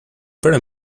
very